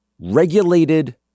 Regulated